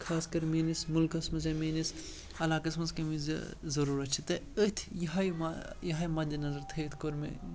خاص کَر میٛٲنِس مُلکَس منٛز یا میٛٲنِس علاقَس منٛز کَمِچ ضٔروٗرت چھِ تہٕ أتھۍ یِہٕے ما یِہٕے مَدِنظر تھٲوِتھ کوٚر مےٚ